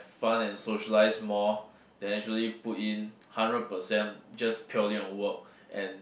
fun and socialize more they actually put in hundred percent just purely on work and